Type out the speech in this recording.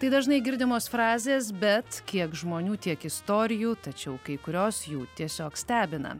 tai dažnai girdimos frazės bet kiek žmonių tiek istorijų tačiau kai kurios jų tiesiog stebina